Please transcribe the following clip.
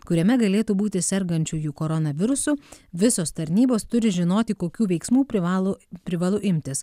kuriame galėtų būti sergančiųjų koronavirusu visos tarnybos turi žinoti kokių veiksmų privalo privalu imtis